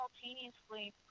simultaneously